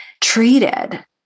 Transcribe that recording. treated